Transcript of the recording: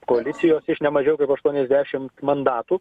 koalicijos iš ne mažiau kaip aštuoniasdešimt mandatų